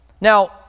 Now